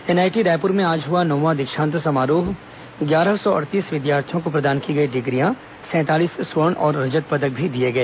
NIT Raipur में आज हुआ नौवें दीक्षांत समारोह ग्यारह सौ अड़तीस विद्यार्थियों को प्रदान की गई डिग्रियां सैंतालीस स्वर्ण और रजत पदक भी दिए गए